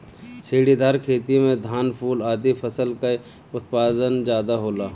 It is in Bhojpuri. सीढ़ीदार खेती में धान, फूल आदि फसल कअ उत्पादन ज्यादा होला